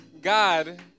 God